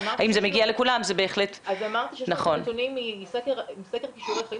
האם זה מגיע לכולם --- אז אמרתי שיש לנו נתונים מסקר כישורי חיים